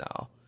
now